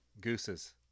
Gooses